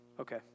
okay